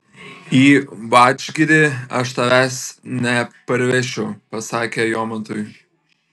į vadžgirį aš tavęs neparvešiu pasakė jomantui